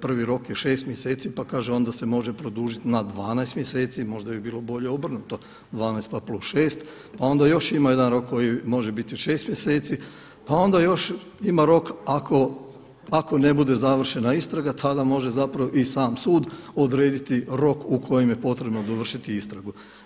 prvi rok je 6 mjeseci, pa kaže onda se može produžiti na 12 mjeseci, možda bi bilo bolje obrnuto 12 pa + 6. Pa onda još ima jedan rok koji može biti od 6 mjeseci, pa onda još ima rok ako ne bude završena istraga tada može zapravo i sam sud odrediti rok u kojem je potrebno dovršiti istragu.